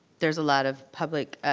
there's a lot of public